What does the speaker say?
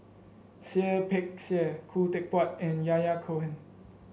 Seah Peck Seah Khoo Teck Puat and Yahya Cohen